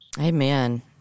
Amen